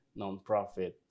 nonprofit